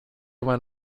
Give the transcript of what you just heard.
went